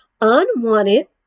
Unwanted